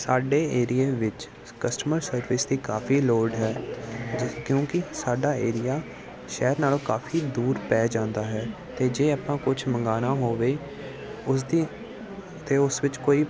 ਸਾਡੇ ਏਰੀਏ ਵਿੱਚ ਕਸਟਮਰ ਸਰਵਿਸ ਦੀ ਕਾਫੀ ਲੋੜ ਹੈ ਕਿਉਂਕਿ ਸਾਡਾ ਏਰੀਆ ਸ਼ਹਿਰ ਨਾਲੋਂ ਕਾਫੀ ਦੂਰ ਪੈ ਜਾਂਦਾ ਹੈ ਅਤੇ ਜੇ ਆਪਾਂ ਕੁਛ ਮੰਗਾਉਣਾ ਹੋਵੇ ਉਸਦੀ ਅਤੇ ਉਸ ਵਿੱਚ ਕੋਈ